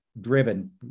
driven